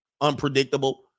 Unpredictable